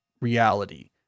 reality